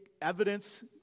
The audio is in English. Evidence